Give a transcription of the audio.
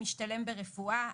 משתלם ברפואה,